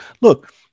Look